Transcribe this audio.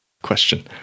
Question